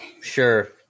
sure